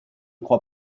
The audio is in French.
crois